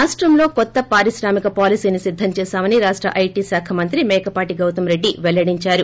రాష్టంలో కొత్త పారిశ్రామిక పాలసీని సిద్దం చేశామని రాష్ట ఐటి శాఖ మంత్రి మేకపాటి గౌతమ్ రెడ్డి పెల్లడించారు